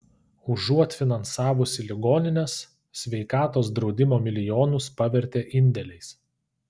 užuot finansavusi ligonines sveikatos draudimo milijonus pavertė indėliais